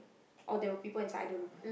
or there were people inside the room